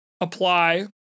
apply